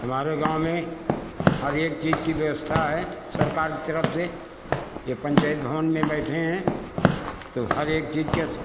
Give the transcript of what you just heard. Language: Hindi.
हमारे गाँव में हर एक चीज की व्यवस्था है सरकार की तरफ से ये पंचायत भवन में बैठे हैं तो हर एक चीज का